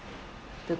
to